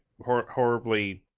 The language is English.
horribly